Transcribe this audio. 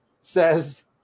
says